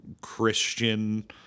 Christian